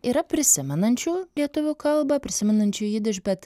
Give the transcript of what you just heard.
yra prisimenančių lietuvių kalbą prisimenančių jidiš bet